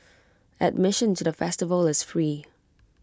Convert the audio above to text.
admission to the festival is free